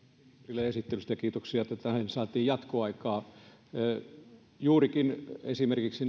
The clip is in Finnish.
ministerille esittelystä ja kiitoksia että tähän saatiin jatkoaikaa juurikin esimerkiksi